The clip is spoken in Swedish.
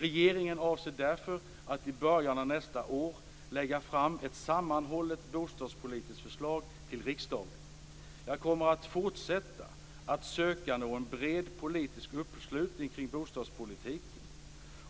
Regeringen avser därför att i början av nästa år lägga fram ett sammanhållet bostadspolitiskt förslag till riksdagen. Jag kommer att fortsätta att söka nå en bred politisk uppslutning kring bostadspolitiken.